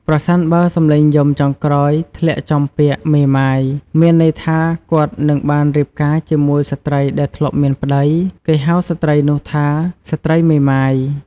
ប្រសិនបើសំឡេងយំចុងក្រោយធ្លាក់ចំពាក្យ "មេម៉ាយ" មានន័យថាគាត់នឹងបានរៀបការជាមួយស្ត្រីដែលធ្លាប់មានប្ដី គេហៅស្រ្តីនោះថាស្ត្រីមេម៉ាយ ។